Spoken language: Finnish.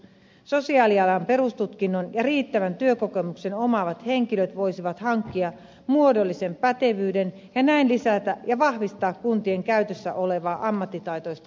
sosiaalialan perustutkinnon ja riittävän työkokemuksen omaavat henkilöt voisivat hankkia muodollisen pätevyyden ja näin lisätä ja vahvistaa kuntien käytössä olevaa ammattitaitoista henkilökuntaa